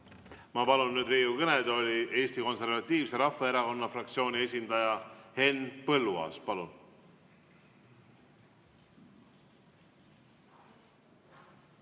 Ma palun nüüd Riigikogu kõnetooli Eesti Konservatiivse Rahvaerakonna fraktsiooni esindaja Henn Põlluaasa.